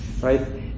right